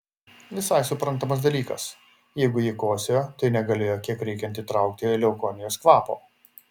visai suprantamas dalykas jeigu ji kosėjo tai negalėjo kiek reikiant įtraukti leukonijos kvapo